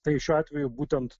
tai šiuo atveju būtent